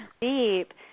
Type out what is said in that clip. deep